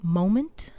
moment